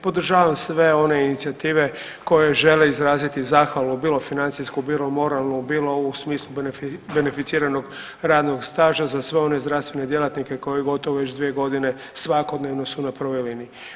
Podržavam sve one inicijative koje žele izraziti zahvalu bilo financijsku, bilo moralnu, bilo u smislu beneficiranog radnog staža za sve one zdravstvene djelatnike koji gotovo već dvije godine svakodnevno su na prvoj liniji.